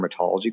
dermatology